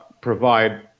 Provide